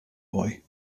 boy